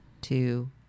two